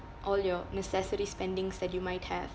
all your necessity spendings that you might have